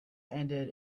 ended